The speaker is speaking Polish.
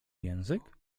język